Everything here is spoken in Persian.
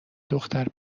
دختر